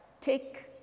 Take